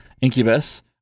incubus